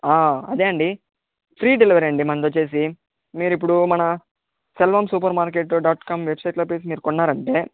అదే అండి free delivery అండి మనది వచ్చేసి మీరు ఇప్పుడు మనం Selvam supermarket dot com వెబ్సైట్లో మీరు కొన్నారంటే